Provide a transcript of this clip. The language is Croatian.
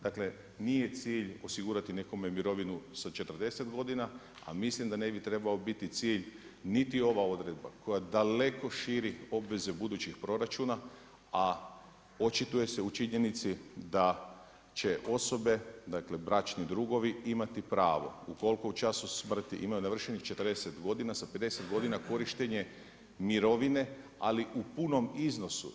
Dakle nije cilj osigurati nekome mirovinu sa 40 godina, a mislim da ne bi trebao biti cilj niti ova odredba koja daleko širi obveze budućih proračuna, a očituje se u činjenici da će osobe dakle bračni drugovi imati pravo ukoliko u času smrti imaju navršenih 40 godina sa 50 godina korištenje mirovine ali u punom iznosu.